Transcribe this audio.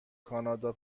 کانادا